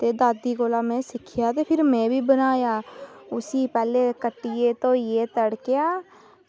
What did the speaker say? ते दादी कोला में सिक्खेआ ते फिर में बी बनाया उसी पैह्लें कट्टियै धोइयै तड़केआ